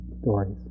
stories